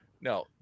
No